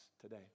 today